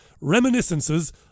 Reminiscences